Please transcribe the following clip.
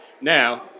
Now